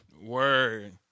Word